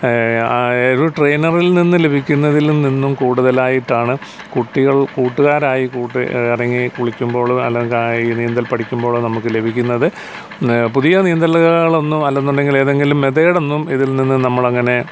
ആ ഒരു ട്രെയിനറിൽ നിന്നും ലഭിക്കുന്നതിൽ നിന്നും കൂടുതലായിട്ടാണ് കുട്ടികൾ കൂട്ടുകാരായി കൂട്ട് ഇറങ്ങി കുളിക്കുമ്പോള് അല്ലെങ്കില് നീന്തൽ പഠിക്കുമ്പോള് നമുക്ക് ലഭിക്കുന്നത് പുതിയ നീന്തലുകളൊന്നും അല്ലാന്നുണ്ടെങ്കില് ഏതെങ്കിലും മെതേഡ് ഒന്നും ഇതിൽ നിന്നും നമ്മളങ്ങനെ